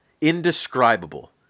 Indescribable